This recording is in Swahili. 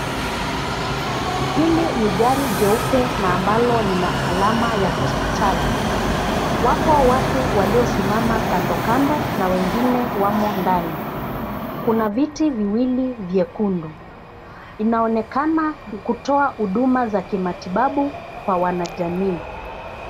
Hili ni gari jeupe na ambalo lina alama ya hospitali. Wapo watu waliosimama kandokando, na wengine wamo ndani. Kuna viti viwili vyekundu. Inaonekana kutoa huduma za kimatibabu, kwa wanajamii.